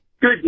Good